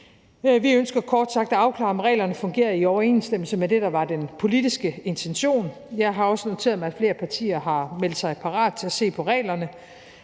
Vi ønsker kort sagt at afklare, om reglerne fungerer i overensstemmelse med det, der var den politiske intention. Jeg har også noteret mig, at flere partier har meldt sig parat til at se på reglerne,